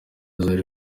zari